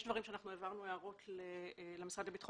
יש דברים שאנחנו העברנו הערות למשרד לביטחון